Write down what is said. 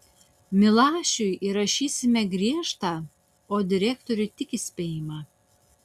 milašiui įrašysime griežtą o direktoriui tik įspėjimą